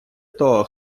того